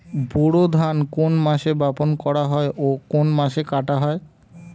বোরো ধান কোন মাসে বপন করা হয় ও কোন মাসে কাটা হয়?